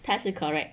他是 correct